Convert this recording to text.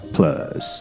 Plus